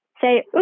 say